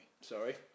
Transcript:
Sorry